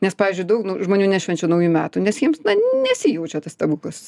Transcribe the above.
nes pavyzdžiui daug nu žmonių nešvenčia naujų metų nes jiems na nesijaučia tas stebuklas